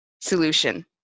solution